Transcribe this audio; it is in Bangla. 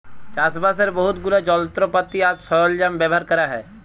চাষবাসের বহুত গুলা যলত্রপাতি আর সরল্জাম ব্যাভার ক্যরা হ্যয়